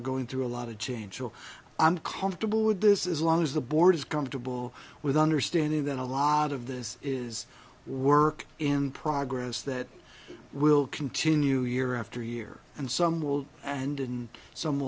are going through a lot of change will i'm confortable with this is long as the board is comfortable with understanding that a lot of this is work in progress that we'll continue year after year and some will and and some